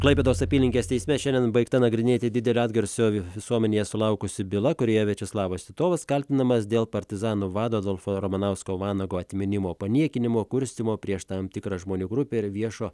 klaipėdos apylinkės teisme šiandien baigta nagrinėti didelio atgarsio visuomenėje sulaukusi byla kurioje viačeslavas titovas kaltinamas dėl partizanų vado adolfo ramanausko vanago atminimo paniekinimo kurstymo prieš tam tikrą žmonių grupę ir viešo